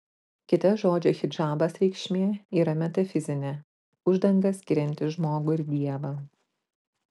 kita žodžio hidžabas reikšmė yra metafizinė uždanga skirianti žmogų ir dievą